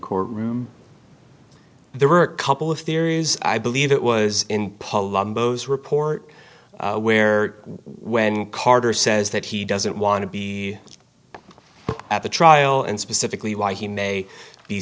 courtroom there were a couple of theories i believe it was in polumbo report where when carter says that he doesn't want to be at the trial and specifically why he may be